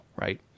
right